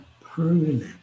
permanent